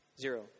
Zero